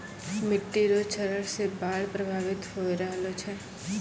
मिट्टी रो क्षरण से बाढ़ प्रभावित होय रहलो छै